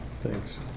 thanks